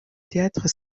théâtre